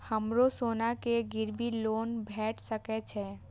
हमरो सोना से गिरबी लोन भेट सके छे?